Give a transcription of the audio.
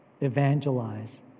evangelize